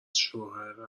شوهر